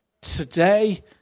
Today